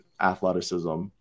athleticism